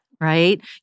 right